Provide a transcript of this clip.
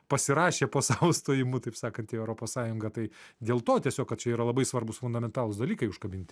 pasirašė po savo stojimu taip sakant į europos sąjungą tai dėl to tiesiog kad čia yra labai svarbūs fundamentalūs dalykai užkabinti